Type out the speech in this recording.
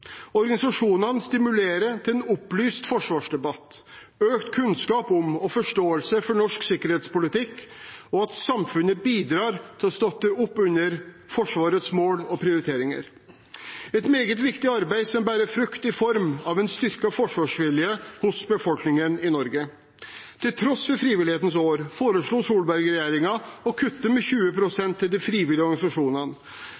Organisasjonene stimulerer til en opplyst forsvarsdebatt, økt kunnskap om og forståelse for norsk sikkerhetspolitikk, og at samfunnet bidrar til å støtte opp under Forsvarets mål og prioriteringer. Det er et meget viktig arbeid som bærer frukt i form av en styrket forsvarsvilje hos befolkningen i Norge. Til tross for frivillighetens år foreslo Solberg-regjeringen å kutte med 20